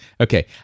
Okay